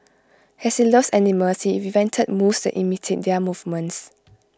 as he loves animals he invented moves that imitate their movements